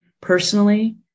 personally